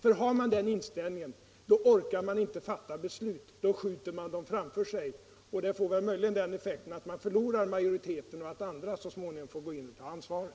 Ty har man den inställningen, så orkar man inte fatta beslut; då skjuter man besluten framför sig. Och det får möjligen den effekten att man förlorar majoriteten och att andra så småningom får gå in och ta ansvaret.